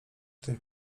tych